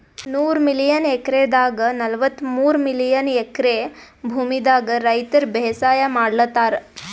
ನೂರ್ million ಎಕ್ರೆದಾಗ್ ನಲ್ವತ್ತಮೂರ್ million acre ಭೂಮಿದಾಗ್ ರೈತರ್ ಬೇಸಾಯ್ ಮಾಡ್ಲತಾರ್